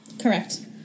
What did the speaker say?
Correct